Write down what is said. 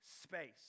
space